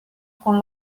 con